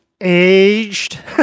aged